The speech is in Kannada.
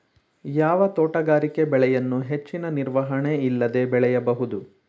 ಯಾವ ತೋಟಗಾರಿಕೆ ಬೆಳೆಯನ್ನು ಹೆಚ್ಚಿನ ನಿರ್ವಹಣೆ ಇಲ್ಲದೆ ಬೆಳೆಯಬಹುದು?